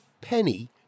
penny